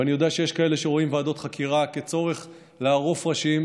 ואני יודע שיש כאלה שרואים ועדות חקירה כצורך לערוף ראשים,